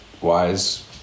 wise